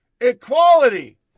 Equality